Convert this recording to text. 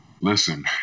Listen